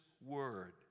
word